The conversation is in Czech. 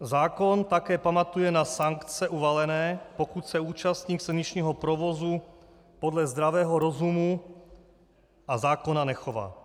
Zákon také pamatuje na sankce uvalené, pokud se účastník silničního provozu podle zdravého rozumu a zákona nechová.